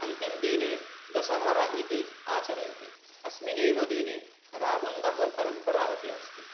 अन्तिमदिने दशहरा इति आचर्यते अस्मिन्नेव दिने रावणदाहपरम्परा अपि अस्ति